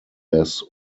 less